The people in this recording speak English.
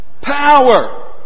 power